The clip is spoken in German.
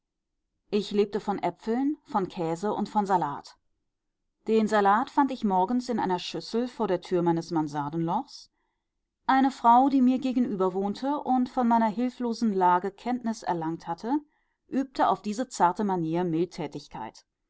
ich lebte von äpfeln von käse und von salat den salat fand ich morgens in einer schüssel vor der tür meines mansardenlochs eine frau die mir gegenüber wohnte und von meiner hilflosen lage kenntnis erlangt hatte übte auf diese zarte manier